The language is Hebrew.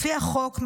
לפי החוק,